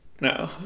no